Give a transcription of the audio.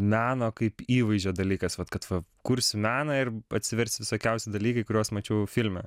meno kaip įvaizdžio dalykas vat kad kursi meną ir atsivers visokiausi dalykai kuriuos mačiau filme